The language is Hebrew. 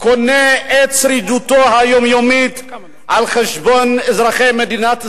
קונה את שרידותו היומיומית על חשבון אזרחי מדינת ישראל,